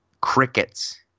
Crickets